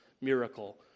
miracle